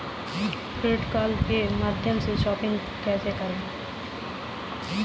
Credit card के माध्यम से शॉपिंग कैसे करें?